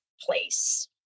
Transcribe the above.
place